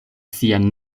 sian